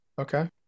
Okay